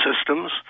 systems